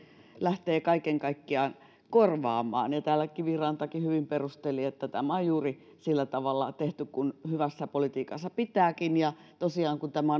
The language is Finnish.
lähtee kaiken kaikkiaan korvaamaan täällä kivirantakin hyvin perusteli että tämä on juuri sillä tavalla tehty kuin hyvässä politiikassa pitääkin ja tosiaan kun tämä